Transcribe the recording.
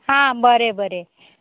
हां बरें बरें